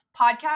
podcast